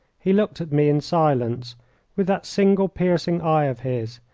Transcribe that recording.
he looked at me in silence with that single piercing eye of his,